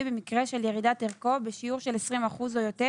במקרה של ירידת ערכו בשיעור של 20 אחוזים או יותר